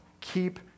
Keep